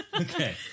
Okay